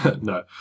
No